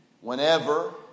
Whenever